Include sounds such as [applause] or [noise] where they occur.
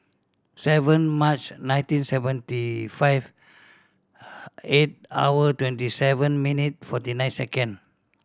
seven March nineteen seventy five [noise] eight hour twenty seven minute forty nine second